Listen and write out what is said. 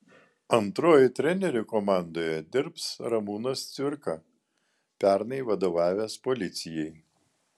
antruoju treneriu komandoje dirbs ramūnas cvirka pernai vadovavęs policijai